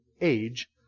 age